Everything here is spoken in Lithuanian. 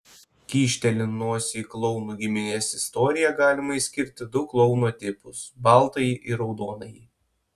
kyštelint nosį į klounų giminės istoriją galima išskirti du klouno tipus baltąjį ir raudonąjį